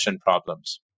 problems